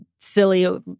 silly